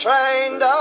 Trained